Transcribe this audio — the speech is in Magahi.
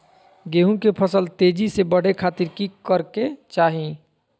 गेहूं के फसल तेजी से बढ़े खातिर की करके चाहि?